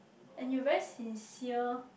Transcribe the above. and you very sincere